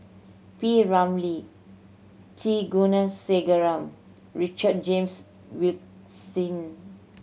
P Ramlee T Kulasekaram Richard James Wilkinson